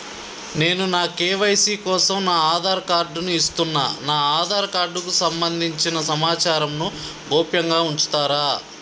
నేను నా కే.వై.సీ కోసం నా ఆధార్ కార్డు ను ఇస్తున్నా నా ఆధార్ కార్డుకు సంబంధించిన సమాచారంను గోప్యంగా ఉంచుతరా?